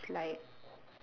that's like